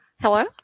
hello